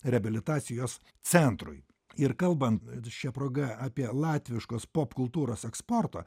reabilitacijos centrui ir kalbant šia proga apie latviškos popkultūros eksportą